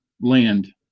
land